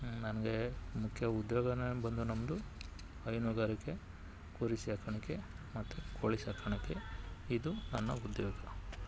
ಹ್ಞೂ ನನಗೆ ಮುಖ್ಯ ಉದ್ಯೋಗವೇ ಬಂದು ನಮ್ಮದು ಹೈನುಗಾರಿಕೆ ಕುರಿ ಸಾಕಾಣಿಕೆ ಮತ್ತು ಕೋಳಿ ಸಾಕಾಣಿಗೆ ಇದು ನನ್ನ ಉದ್ಯೋಗ